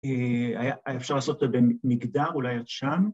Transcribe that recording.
‫היה אפשר לעשות את זה במגדר, ‫אולי עד שם?